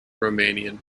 romanian